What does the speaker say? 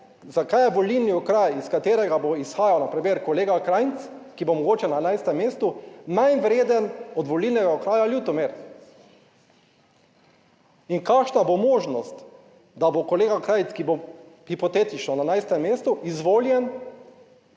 Zakaj je volilni okraj iz katerega bo izhajal na primer kolega Krajnc, ki bo mogoče na 11. mestu manj vreden od volilnega okraja Ljutomer, in kakšna bo možnost, da bo kolega Krajnc, ki bo hipotetično na 11. mestu, izvoljen